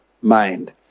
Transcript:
mind